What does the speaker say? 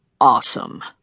Awesome